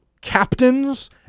captains